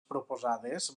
proposades